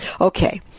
Okay